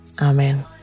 Amen